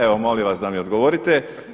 Evo molim vas da mi odgovorite.